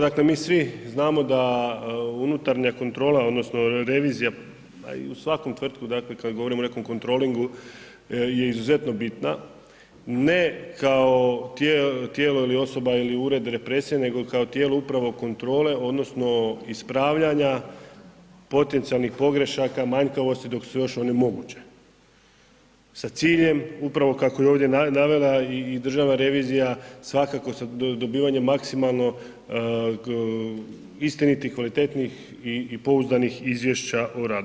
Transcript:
Dakle mi svi znamo da unutarnja kontrola odnosno revizija, pa i u svakoj tvrtci, dakle kad govorimo o nekom kontrolingu je izuzetno bitna ne kao tijelo ili osoba ili ured represije nego kao tijelo upravo kontrole, odnosno ispravljanja potencijalnih pogrešaka, manjkavosti dok su još one moguće sa ciljem upravo kako je ovdje navela i državna revizija svakako sa dobivanjem maksimalno istinitih, kvalitetnih i pouzdanih izvješća o radu.